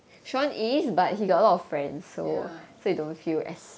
ya